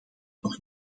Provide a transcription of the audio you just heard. nog